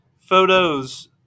photos